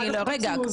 לנו אין נגישות.